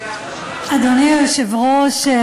אדוני היושב-ראש,